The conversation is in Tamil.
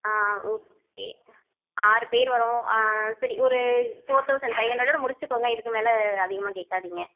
ஆ ஓகே ஆறு பேர் வரோம் ஆ சரி ஒரு ஃபோர் தௌசண்ட் ஃபைவ் ஹண்ட்ரட்டோட முடித்துக்கோங்க இதுக்கு மேலே அதிகமாக கேட்காதீங்க